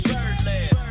Birdland